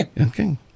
Okay